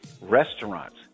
restaurants